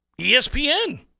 ESPN